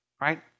Right